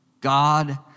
God